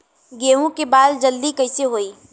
गेहूँ के बाल जल्दी कईसे होई?